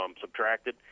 subtracted